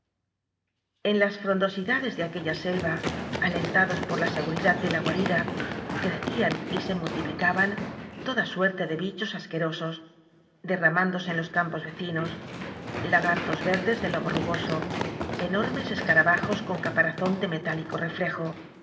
en las frondosidades de aquella selva alen tados por la seguridad de la guarida crecían y se multiplicaban toda suerte de bichos as querosos derramándose en los campos vecinos lagartos verdes de lomo rugoso enormes es carabajos con caparazón de metálico reflejo